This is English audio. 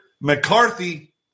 McCarthy